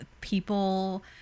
people